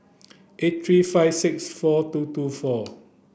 eight three five six four two two four